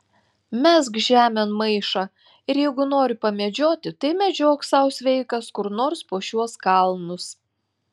mesk žemėn maišą ir jeigu nori pamedžioti tai medžiok sau sveikas kur nors po šiuos kalnus